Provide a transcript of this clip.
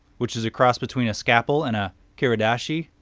which is a cross between a scalpel and a kiradashi.